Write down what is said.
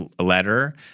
letter